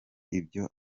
ibyo